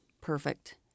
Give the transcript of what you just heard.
perfect